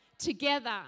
together